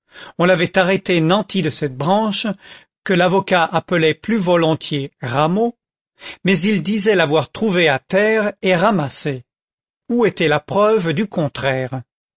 on l'avait arrêté nanti de cette branche que l'avocat appelait plus volontiers rameau mais il disait l'avoir trouvée à terre et ramassée où était la preuve du contraire